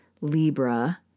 Libra